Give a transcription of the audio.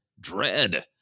Dread